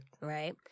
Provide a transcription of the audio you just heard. Right